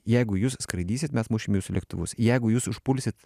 jeigu jūs skraidysit mes mušim jūsų lėktuvus jeigu jūs užpulsit